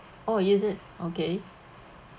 oh is it okay